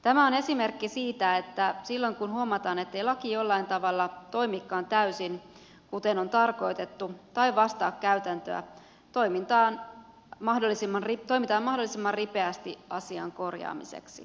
tämä on esimerkki siitä että silloin kun huomataan ettei laki jollain tavalla toimikaan täysin kuten on tarkoitettu tai vastaa käytäntöä toimitaan mahdollisimman ripeästi asian korjaamiseksi